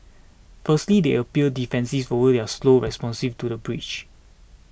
firstly they appeared defensive over their slow responsive to the breach